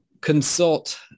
consult